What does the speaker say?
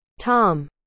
tom